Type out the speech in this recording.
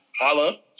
Holla